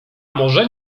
może